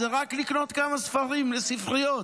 זה רק לקנות כמה ספרים לספריות.